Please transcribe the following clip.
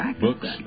books